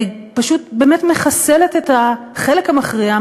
פשוט באמת מחסלים את החלק המכריע,